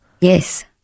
Yes